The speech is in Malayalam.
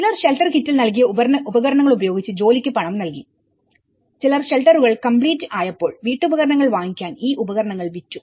ചിലർ ഷെൽട്ടർ കിറ്റിൽ നൽകിയ ഉപകരണങ്ങളുപയോഗിച്ച് ജോലിക്ക് പണം നൽകി ചിലർ ഷെൽട്ടറുകൾ കംപ്ലീറ്റ് complete ആയപ്പോൾ വീട്ടുപകരണങ്ങൾ വാങ്ങിക്കാൻ ഈ ഉപകരണങ്ങൾ വിറ്റു